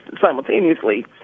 simultaneously